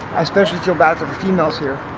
especially feel bad for the females here.